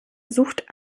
sucht